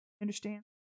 Understand